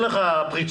אין לך פריצות?